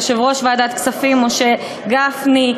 יושב-ראש ועדת הכספים משה גפני,